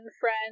friend